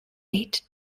eight